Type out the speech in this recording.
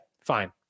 Fine